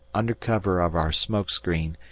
under cover of our smoke screen,